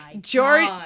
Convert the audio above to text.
George